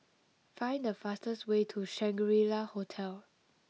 find the fastest way to Shangri La Hotel